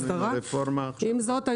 עם זאת,